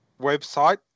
website